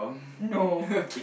no